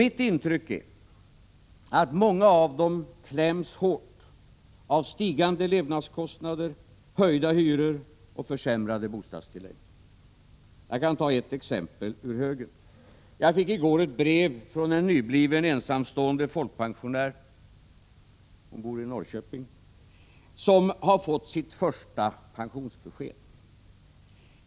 Mitt intryck är att många av dem kläms hårt av stigande levnadskostnader, höjda hyror och försämrade bostadstillägg. Jag kan ta ett exempel ur högen. I går fick jag ett brev från en nybliven, ensamstående folkpensionär i Norrköping, som har fått sitt första pensionsbesked.